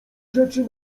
rzeczy